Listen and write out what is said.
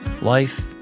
Life